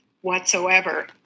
whatsoever